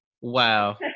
Wow